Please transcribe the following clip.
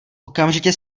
okamžitě